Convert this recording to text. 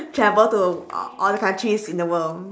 travel to all the counties in the world